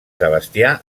sebastià